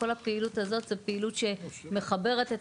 כל הפעילות הזאת זו פעילות שמחברת את